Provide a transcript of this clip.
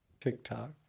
TikTok